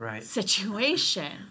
situation